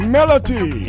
Melody